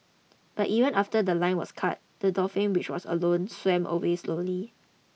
but even after the line was cut the dolphin which was alone swam away slowly